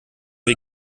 wir